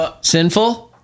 Sinful